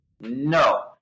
No